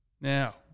Now